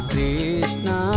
Krishna